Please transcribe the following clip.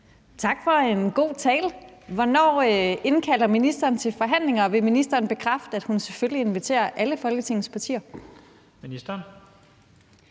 Tak for en god tale. Hvornår indkalder ministeren til forhandlinger? Vil ministeren bekræfte, at hun selvfølgelig inviterer alle Folketingets partier? Kl.